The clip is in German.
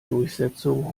durchsetzung